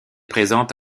présente